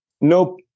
Nope